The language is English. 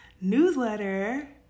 newsletter